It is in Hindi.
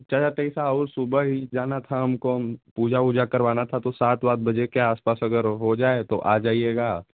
चाचा तो ऐसा आओ सुबह ही जाना था हमको पूजा वूजा करवाना था तो सात वात बजे के आस पास अगर हो जाए तो आ जाईएगा